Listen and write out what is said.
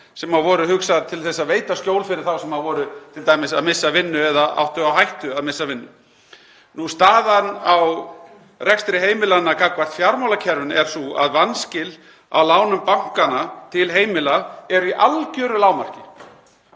sem voru hugsaðar til að veita skjól fyrir þá sem voru t.d. að missa vinnu eða áttu á hættu að missa vinnu. Staðan á rekstri heimilanna gagnvart fjármálakerfinu er sú að vanskil á lánum bankanna til heimila eru í algjöru lágmarki,